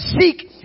seek